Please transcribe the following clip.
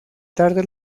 tarde